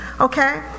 Okay